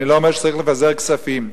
אני לא אומר שצריך לפזר כספים,